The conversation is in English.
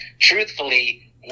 truthfully